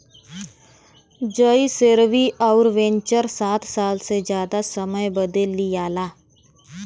जइसेरवि अउर वेन्चर सात साल से जादा समय बदे लिआला